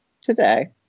today